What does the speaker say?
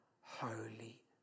Holy